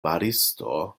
maristo